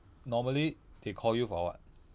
normally they call you for what